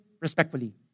respectfully